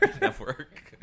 network